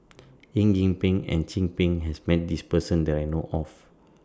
Eng Yee Peng and Chin Peng has Met This Person that I know of